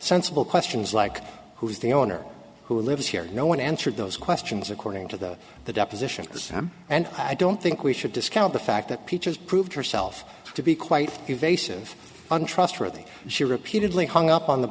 sensible questions like who's the owner who lives here no one answered those questions according to the the deposition this time and i don't think we should discount the fact that peaches proved herself to be quite invasive untrustworthy she repeatedly hung up on the